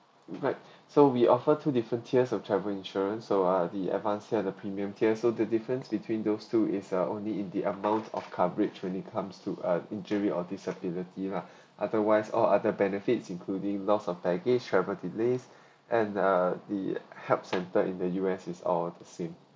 right so we offer two different tiers of travel insurance so ah the advance tier the premium tier so the difference between those two is uh only in the amount of coverage when it comes to ah injury or disability lah otherwise all other benefits including loss of package travel delays and uh the health center in the U_S is all the same